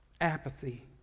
apathy